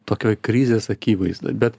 tokioj krizės akivaizdoj bet